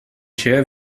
się